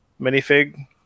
minifig